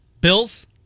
Bills